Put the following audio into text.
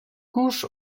kurz